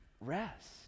rest